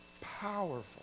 powerful